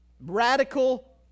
radical